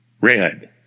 red